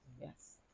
Yes